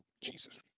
jesus